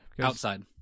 Outside